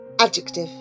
Adjective